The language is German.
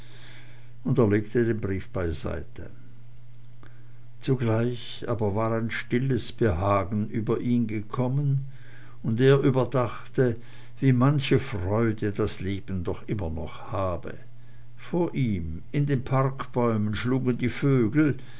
und er legte den brief beiseite zugleich aber war ein stilles behagen über ihn ge kommen und er überdachte wie manche freude das leben doch immer noch habe vor ihm in den parkbäumen schlugen die vögel